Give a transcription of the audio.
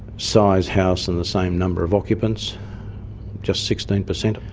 size house and the same number of occupants just sixteen per cent.